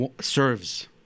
serves